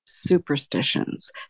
superstitions